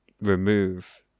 Remove